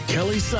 Kelly